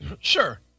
Sure